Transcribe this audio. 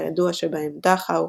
והידוע שבהם דכאו,